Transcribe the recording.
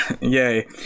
Yay